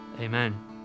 Amen